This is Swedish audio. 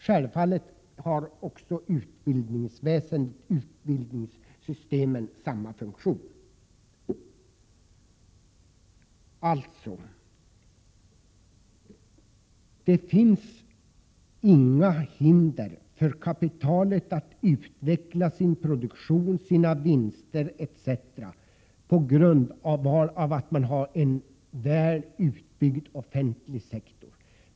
Självfallet har också utbildningsväsendet, utbildningssystemen, samma funktion. Alltså: Det finns inga hinder för kapitalet att utveckla sin produktion, sina vinster etc. på grund av att man har en väl utbyggd offentlig sektor.